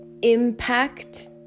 impact